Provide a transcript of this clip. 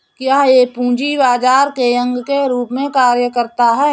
क्या यह पूंजी बाजार के अंग के रूप में कार्य करता है?